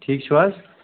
ٹھیٖک چھُو حظ